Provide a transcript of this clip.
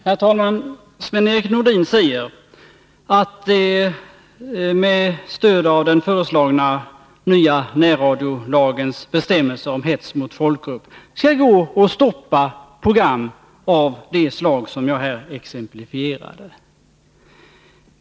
Herr talman! Sven-Erik Nordin säger att det med stöd av de föreslagna nya närradiolagsbestämmelserna om hets mot folkgrupp går att stoppa program av det slag som jag exemplifierade.